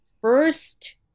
first